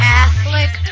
Catholic